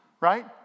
right